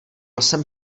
jsem